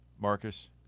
Marcus